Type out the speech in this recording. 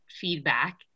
feedback